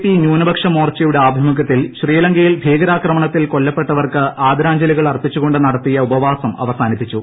P ന്യൂനപക്ഷ മോർച്ചയുടെ ആഭിമുഖ്യത്തിൽ ശ്രീലങ്കയിൽ ഭീകരാക്രമണത്തിൽ കൊല്ലപ്പെട്ടവർക്ക് ആദരാഞ്ജലികൾ അർപ്പിച്ചുകൊണ്ട് നടത്തിയ ഉപവാസം അവസാനിപ്പിച്ചു